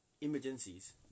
emergencies